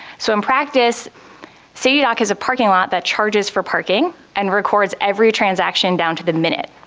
so in practice city dock is a parking lot that charges for parking and records every transaction down to the minute.